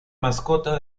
mascota